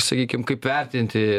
sakykim kaip vertinti